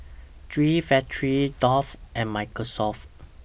G Factory Dove and Microsoft